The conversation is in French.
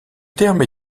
termes